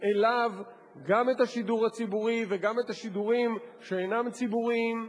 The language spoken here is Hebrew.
אליו גם את השידור הציבורי וגם את השידורים שאינם ציבוריים,